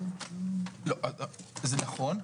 זה נכון,